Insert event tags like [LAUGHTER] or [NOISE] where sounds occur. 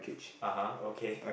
(uh huh) okay [BREATH]